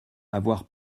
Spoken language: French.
avoir